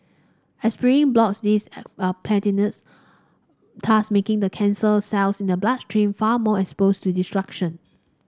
aspirin blocks these platelets thus making the cancer cells in the bloodstream far more exposed to destruction